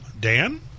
Dan